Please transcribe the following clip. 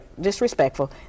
disrespectful